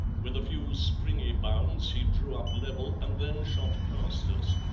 with a few springy bounds he drew up level, and then shot past us.